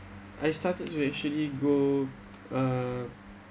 I started to actually go uh